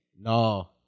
no